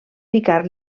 ficar